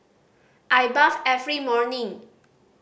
I bathe every morning